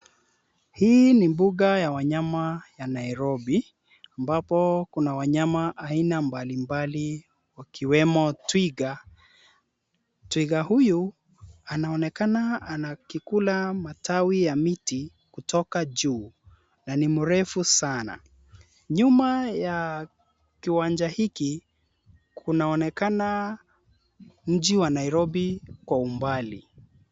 Hii ni mbuga ya wanyama ya Nairobi, ambapo kuna wanyama aina mbali mbali akiwemo twiga. Twiga huyu anaonekana akikula matawi ya miti kutoka juu na ni mrefu sana, nyuma ya kiwanja hiki kunaonekana mji wa Nairobi kwa umbali.